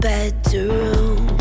Bedroom